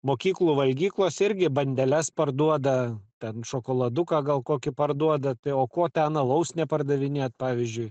mokyklų valgyklos irgi bandeles parduoda ten šokoladuką gal kokį parduoda tai o kuo ten alaus nepardavinėt pavyzdžiui